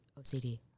OCD